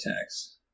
attacks